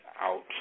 out